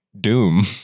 Doom